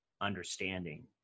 understanding